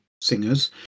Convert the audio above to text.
singers